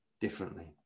differently